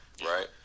right